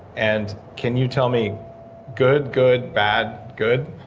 and can you tell me good, good, bad, good?